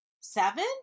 seven